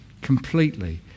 completely